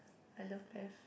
I love math